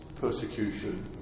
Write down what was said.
persecution